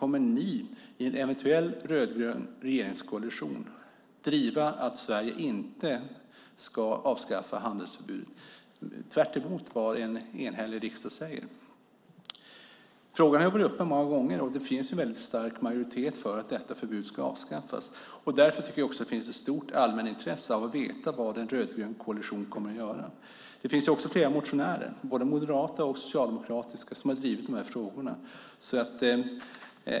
Kommer ni i en eventuell rödgrön regeringskoalition att driva att Sverige inte ska avskaffa handelsförbudet tvärtemot vad en enhällig riksdag säger? Frågan har varit uppe många gånger, och det finns en väldigt stark majoritet för att detta förbud ska avskaffas. Därför tycker jag också att det finns ett stort allmänintresse att veta vad en rödgrön koalition kommer att göra. Det finns också flera motionärer, både moderata och socialdemokratiska, som har drivit de här frågorna.